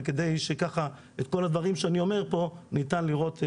את כל הדברים שאני אומר פה ניתן לראות בעיניים.